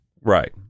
Right